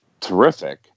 terrific